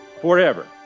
forever